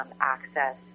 access